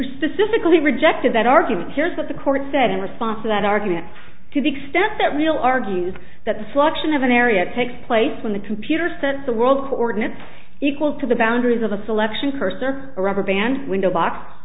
cicely rejected that argument here's what the court said in response to that argument to the extent that real argues that selection of an area takes place when the computer said the world coordinates equal to the boundaries of a selection cursor rather than window box